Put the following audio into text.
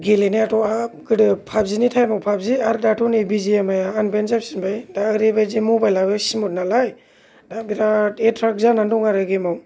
गेलेनायाथ' हाब गोदो पाबजिनि टाइमाव पाबजि आरो दाथ' नै बि जि एम आइया अनबेन्ड जाफिनबाय दा एरैबायदि मबाइल आबो स्मुथ नालाय दा बिरात एट्रेक्ट जानानै दं आरो गेमाव